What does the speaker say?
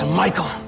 Michael